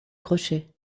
crochets